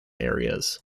areas